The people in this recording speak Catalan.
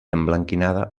emblanquinada